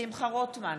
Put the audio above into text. שמחה רוטמן,